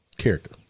character